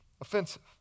offensive